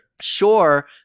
Sure